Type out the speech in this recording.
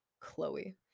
Chloe